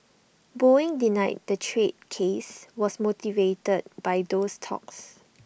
boeing denied the trade case was motivated by those talks